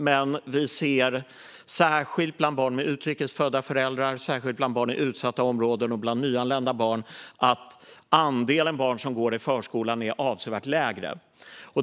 Men vi ser särskilt bland barn med utrikes födda föräldrar, bland barn i utsatta områden och bland nyanlända barn att andelen barn som går i förskolan är avsevärt mindre.